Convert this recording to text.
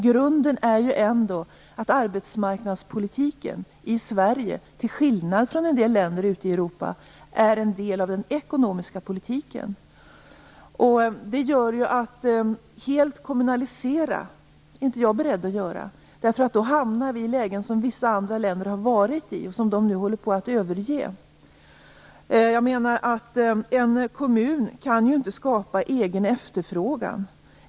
Grunden är ju ändå att arbetsmarknadspolitiken i Sverige, till skillnad från i en del länder ute i Europa, är en del av den ekonomiska politiken. Det gör att jag inte är beredd att helt kommunalisera, därför att då hamnar vi i lägen som vissa andra länder har varit i och som de nu håller på att överge. Jag menar att en kommun inte kan skapa egen efterfrågan.